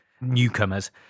newcomers